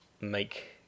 make